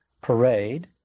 parade